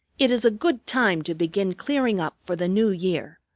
it is a good time to begin clearing up for the new year.